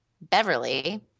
Beverly